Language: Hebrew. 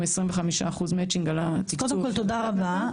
25% מצ'ינג על התקצוב --- תודה רבה,